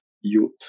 youth